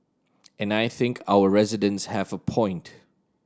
and I think our residents have a point